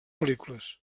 pel·lícules